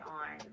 on